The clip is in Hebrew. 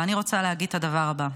ואני רוצה להגיד את הדבר הבא: